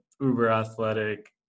uber-athletic